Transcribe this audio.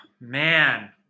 man